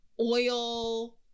oil